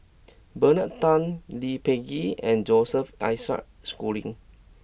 Bernard Tan Lee Peh Gee and Joseph Isaac Schooling